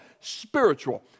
spiritual